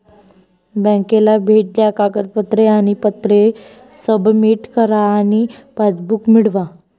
बँकेला भेट द्या कागदपत्रे आणि पत्रे सबमिट करा आणि पासबुक मिळवा